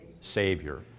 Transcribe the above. Savior